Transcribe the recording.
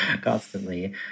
constantly